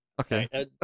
Okay